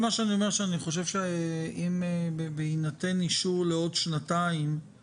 אני חושב שבהינתן אישור להארכת תוקף לעוד שנתיים,